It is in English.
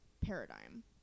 paradigm